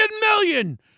million